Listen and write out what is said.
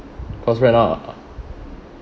cause right now